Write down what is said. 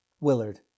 Willard